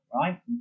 right